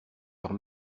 leurs